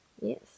Yes